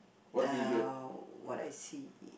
uh what I see